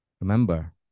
remember